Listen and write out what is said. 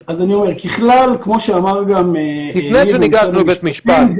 לפני שניגשנו לבית משפט,